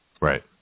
Right